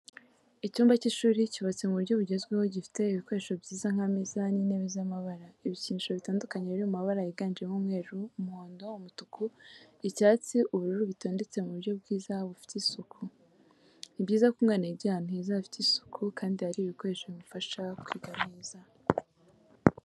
Icyumba cy'ishuri cyubatse mu buryo bugezweho gifite ibikoresho byiza nk'ameza n'intebe z'amabara, ibikinisho bitandukanye biri mu mabara yiganjemo umweru, umuhondo, umutuku, icyatsi, ubururu bitondetse mu buryo bwiza bufite isuku. Ni byiza ko umwana yigira ahantu heza hafite isuku kandi hari ibikoresho bimufasha kwiga neza.